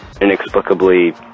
inexplicably